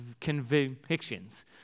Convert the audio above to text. convictions